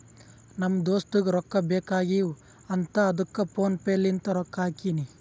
ನಮ್ ದೋಸ್ತುಗ್ ರೊಕ್ಕಾ ಬೇಕ್ ಆಗೀವ್ ಅಂತ್ ಅದ್ದುಕ್ ಫೋನ್ ಪೇ ಲಿಂತ್ ರೊಕ್ಕಾ ಹಾಕಿನಿ